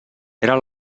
eren